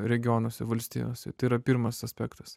regionuose valstijose tai yra pirmas aspektas